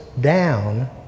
down